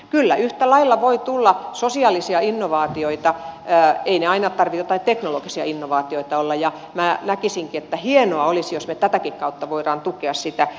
kyllä yhtä lailla voi tulla sosiaalisia innovaatioita ei niiden aina tarvitse jotain teknologisia innovaatioita olla ja minä näkisinkin että hienoa olisi jos me tätäkin kautta voimme tukea sitä